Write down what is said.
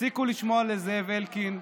תפסיקו לשמוע לזאב אלקין.